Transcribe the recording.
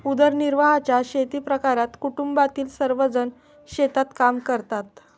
उदरनिर्वाहाच्या शेतीप्रकारात कुटुंबातील सर्वजण शेतात काम करतात